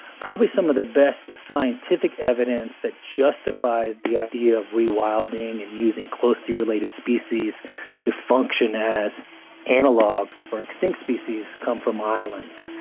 probably some of the best scientific evidence that justifies the idea of rewilding and using closely related species to function as analogues for extinct species come from islands.